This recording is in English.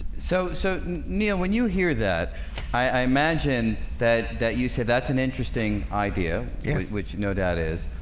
so so nia when you hear that i imagine that that you said, that's an interesting idea which no doubt is